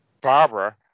Barbara